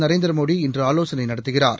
நரேந்திர மோடி இன்று ஆலோசனை நடத்துகிறார்